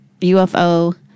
ufo